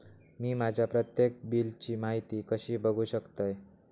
मी माझ्या प्रत्येक बिलची माहिती कशी बघू शकतय?